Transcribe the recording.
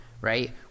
right